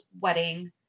wedding